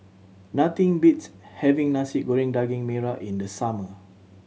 nothing beats having Nasi Goreng Daging Merah in the summer